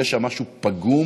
יש שם משהו פגום,